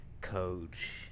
coach